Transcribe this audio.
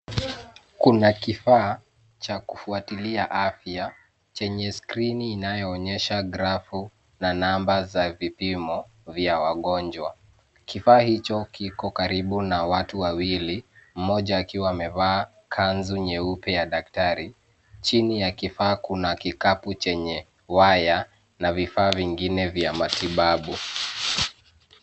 Kuna kifaa cha kufuatilia afya chenye skrini inayoonyesha grafu na namba za vipimo vya wagonjwa. Kifaa hicho kiko karibu na watu wawili mmoja akiwa amevaa kanzu nyeupe ya daktari, chini ya kifaa kuna kikapu chenye waya na vifaa vingine vya matibabu.